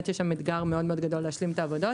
יש שם אתגר מאוד גדול להשלים את העבודות,